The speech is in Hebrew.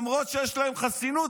למרות שיש להם חסינות,